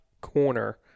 corner